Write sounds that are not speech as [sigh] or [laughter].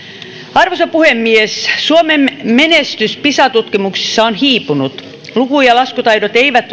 arvoisa puhemies suomen menestys pisa tutkimuksissa on hiipunut luku ja laskutaidot eivät [unintelligible]